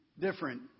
different